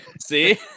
see